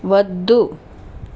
వద్దు